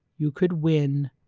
you could win